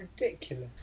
ridiculous